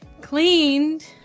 cleaned